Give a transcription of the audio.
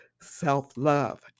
self-love